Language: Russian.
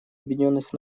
объединенных